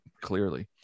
Clearly